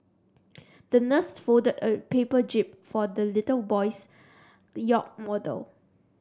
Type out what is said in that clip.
the nurse folded a paper jib for the little boy's yacht model